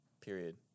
Period